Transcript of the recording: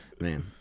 Man